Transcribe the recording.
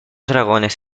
dragones